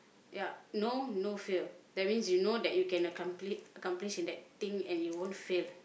yeah know no fear that means you know that you can accompli~ accomplish in that thing and it won't fail